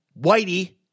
whitey